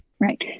Right